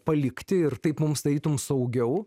palikti ir taip mums tarytum saugiau